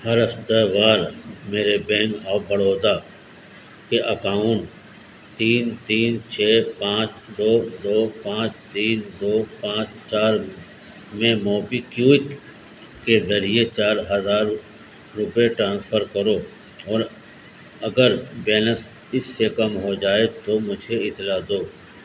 ہر ہفتہ وار میرے بینک آف بڑودا کے اکاؤنٹ تین تین چھ پانچ دو دو پانچ تین دو پانچ چار میں موبیکیوک کے ذریعے چار ہزار روپے ٹرانسفر کرو اور اگر بیلنس اس سے کم ہو جائے تو مجھے اطلاع دو